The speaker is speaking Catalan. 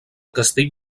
castell